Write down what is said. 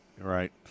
Right